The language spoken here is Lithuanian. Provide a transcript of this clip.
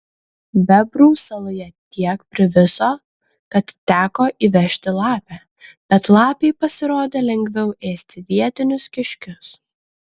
bebrų saloje tiek priviso kad teko įvežti lapę bet lapei pasirodė lengviau ėsti vietinius kiškius